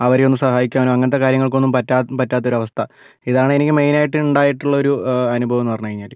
അവരെയൊന്ന് സഹായിക്കാനോ അങ്ങനത്തെ കാര്യങ്ങൾക്കൊന്നും പറ്റാത്ത പറ്റാത്തൊരവസ്ഥ ഇതാണ് എനിക്ക് മെയിനായിട്ട് ഉണ്ടായിട്ടുള്ള ഒരു അനുഭവമെന്നു പറഞ്ഞു കഴിഞ്ഞാൽ